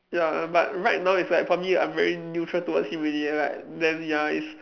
ya but right now it's like probably I'm very neutral towards him already like then ya it's